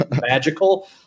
magical